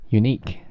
unique